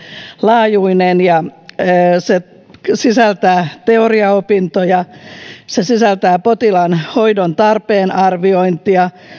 laajuinen täydennyskoulutus joka sisältää teoriaopintoja sisältää potilaan hoidon tarpeen arviointia